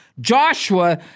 Joshua